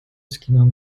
skinął